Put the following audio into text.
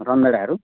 रमभेडाहरू